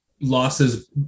losses